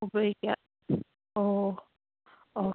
ഉപയോഗിക്കാം ഓ ഓ ഓ